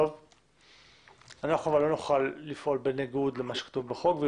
לא נוכל לפעול בניגוד למה שכתוב בחוק.